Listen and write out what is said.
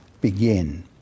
begin